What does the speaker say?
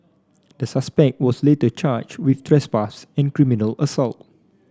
the suspect was later charged with trespass and criminal assault